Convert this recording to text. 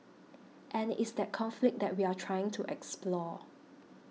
and it's that conflict that we are trying to explore